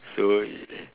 so